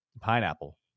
pineapple